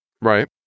right